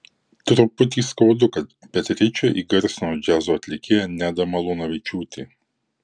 truputį skaudu kad beatričę įgarsino džiazo atlikėja neda malūnavičiūtė